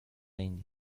india